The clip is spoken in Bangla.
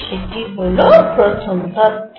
সেটি হল প্রথম তথ্য